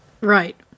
right